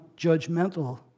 judgmental